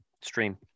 stream